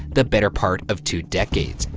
the better part of two decades,